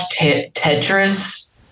Tetris